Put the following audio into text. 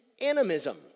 animism